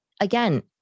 again